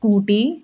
scooty